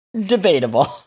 debatable